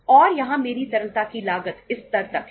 और यहाँ मेरी तरलता की लागत इस स्तर तक है